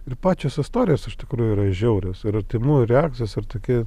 ir pačios istorijos iš tikrųjų yra žiaurios ir artimųjų reakcijos ir tokie